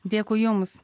dėkui jums